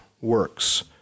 works